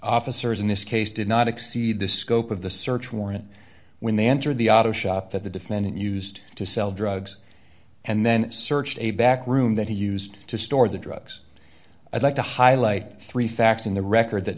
officers in this case did not exceed the scope of the search warrant when they entered the auto shop that the defendant used to sell drugs and then searched a back room that he used to store the drugs i'd like to highlight three facts in the record that